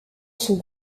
son